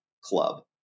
club